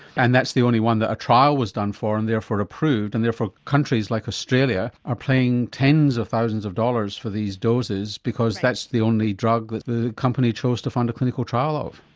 and that's the only one that a trial was done for and therefore approved, and therefore countries like australia are paying tens of thousands of dollars for these doses because that's the only drug that the company chose to fund a clinical trial of.